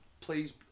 please